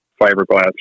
fiberglass